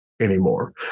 Anymore